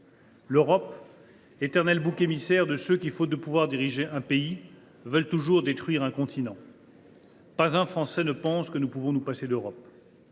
L’Europe est l’éternel bouc émissaire de ceux qui, faute de pouvoir diriger un pays, veulent détruire un continent. « Pas un Français ne pense que nous pouvons nous passer d’Europe.